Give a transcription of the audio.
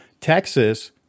Texas